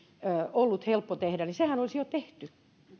ollut helppo tehdä niin sehän olisi jo tehty